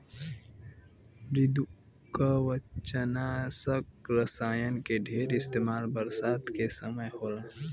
मृदुकवचनाशक रसायन के ढेर इस्तेमाल बरसात के समय होला